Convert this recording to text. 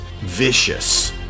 vicious